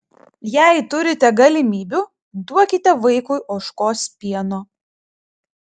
jei turite galimybių duokite vaikui ožkos pieno